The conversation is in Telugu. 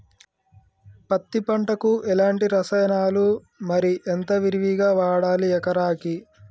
పత్తి పంటకు ఎలాంటి రసాయనాలు మరి ఎంత విరివిగా వాడాలి ఎకరాకి?